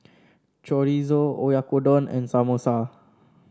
Chorizo Oyakodon and Samosa